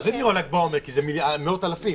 עזבי את מירון בל"ג עומר, כי זה מאות אלפים.